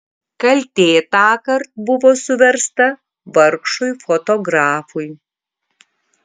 kaltė tąkart buvo suversta vargšui fotografui